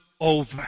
over